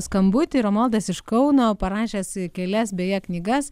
skambutį romualdas iš kauno parašęs kelias beje knygas